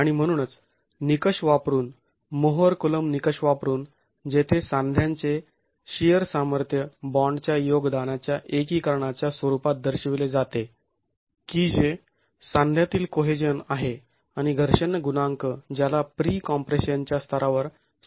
आणि म्हणूनच निकष वापरून मोहर कुलोंब निकष वापरून जेथे साध्यांचे शिअर सामर्थ्य बॉण्डच्या योगदानाच्या एकीकरणाच्या स्वरूपात दर्शविले जाते की जे सांध्यांतील कोहेजन आहे आणि घर्षण गुणांक ज्याला प्री कॉम्प्रेशन च्या स्तरावर स्वतःचाच परिणाम होतो